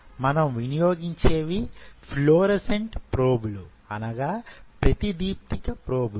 మనం వినియోగించేవి ఫ్లోరోసెంట్ ప్రోబులు అనగా ప్రతిదీప్తిక ప్రోబులు